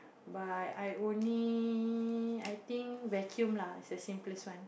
but I only I think vacuum lah it's the same this one